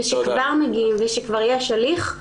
וכשכבר מגיעים וכשכבר יש הליך,